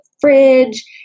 fridge